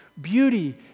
beauty